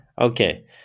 Okay